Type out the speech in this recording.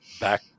back